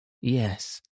yes